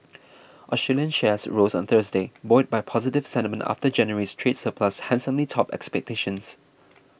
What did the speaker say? Australian shares rose on Thursday buoyed by positive sentiment after January's trade surplus handsomely topped expectations